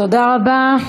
תודה רבה.